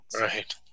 right